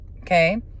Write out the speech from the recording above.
Okay